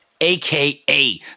aka